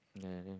okay I think